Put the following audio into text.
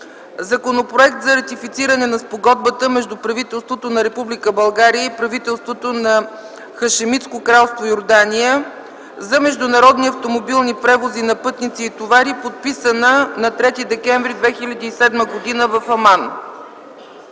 Законопроект за ратифициране на Спогодбата между правителството на Република България и правителството на Хашемитско кралство Йордания за международни автомобилни превози на пътници и товари, подписана на 3 декември 2007 г. в Аман.